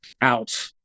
out